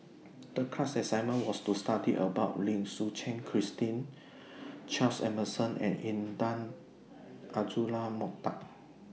The class assignment was to study about Lim Suchen Christine Charles Emmerson and Intan Azura Mokhtar